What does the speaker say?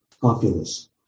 populous